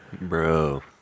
Bro